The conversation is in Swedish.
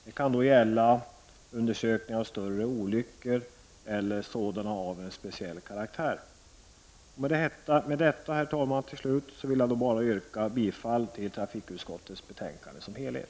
Det kan då gälla undersökningar av större olyckor eller sådana av speciell karaktär. Med detta, herr talman, vill jag då bara yrka bifall till trafikutskottets hemställan i dess helhet.